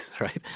right